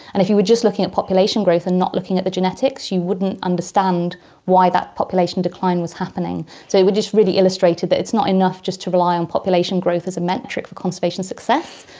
and if you were just looking at population growth and not looking at the genetics you wouldn't understand why that population decline was happening. so it just really illustrated that it's not enough just to rely on population growth as a metric of conservation success,